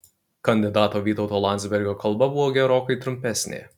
kandidato vytauto landsbergio kalba buvo gerokai trumpesnė